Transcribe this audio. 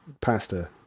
pasta